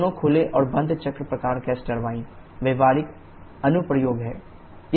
दोनों खुले और बंद चक्र प्रकार गैस टर्बाइन व्यावहारिक अनुप्रयोग हैं